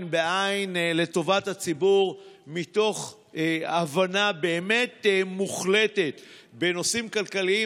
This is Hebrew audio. בעין את טובת הציבור מתוך הבנה באמת מוחלטת בנושאים כלכליים.